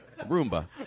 Roomba